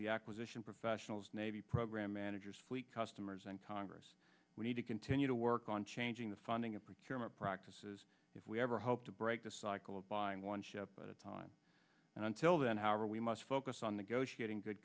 the acquisition professionals navy program managers fleet customers and congress we need to continue to work on changing the funding of particular practices if we ever hope to break the cycle of buying one ship at a time and until then however we must focus on the go shooting good